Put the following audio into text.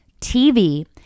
TV